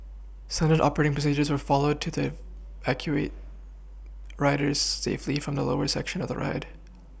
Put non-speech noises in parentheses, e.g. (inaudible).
standard operating procedures were followed to (unintelligible) evacuate riders safely from the lower section of the ride